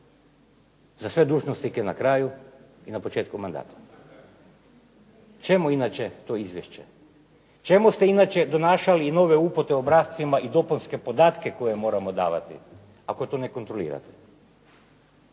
za sve dužnosnike na kraju i na početku mandata? Čemu inače to izvješće? Čemu ste inače donašali novi upute o obrascima i dopunske podatke koje moramo davati, ako to ne kontrolirate?